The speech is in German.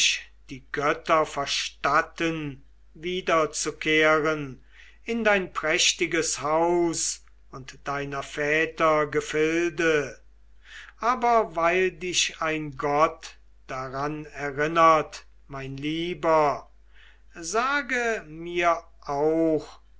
die götter verstatteten wiederzukehren in dein prächtiges haus und deiner väter gefilde aber weil dich ein gott daran erinnert mein lieber sage mir auch